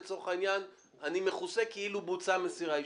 לצורך העניין אני מכוסה כאילו בוצעה מסירה אישית?